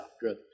good